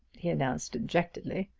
he announced dejectedly.